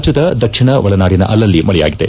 ರಾಜ್ಯದ ದಕ್ಷಿಣ ಒಳನಾಡಿನ ಅಲ್ಲಲ್ಲಿ ಮಳೆಯಾಗಿದೆ